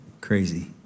Crazy